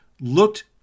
looked